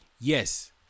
Yes